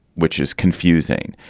which is confusing.